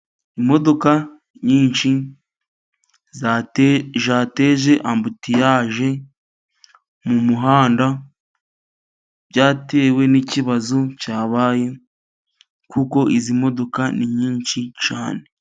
imodoka nyinshi zajateje ambutyaje mu muhanda byatewe nikibazo cyabaye kuko izi modoka ni nyinshi cane